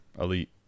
Elite